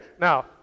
now